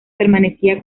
permanecía